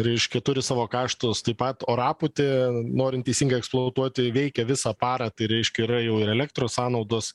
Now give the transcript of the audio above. reiškia turi savo kaštus taip pat orapūtė norint teisingai eksploatuoti veikia visą parą tai reiškia yra jau ir elektros sąnaudos